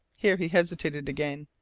here he hesitated again,